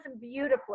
beautifully